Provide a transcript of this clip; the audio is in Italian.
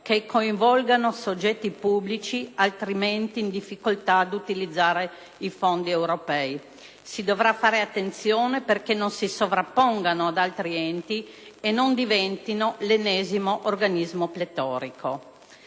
che coinvolgano soggetti pubblici altrimenti in difficoltà ad utilizzare i fondi europei. Si dovrà fare attenzione perché non si sovrappongano ad altri enti e non diventino l'ennesimo organismo pletorico.